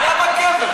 אבל למה קבר?